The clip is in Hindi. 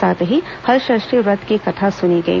साथ ही हलॅषष्ठी व्रत को कथा सुनी गई